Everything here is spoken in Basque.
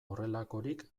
horrelakorik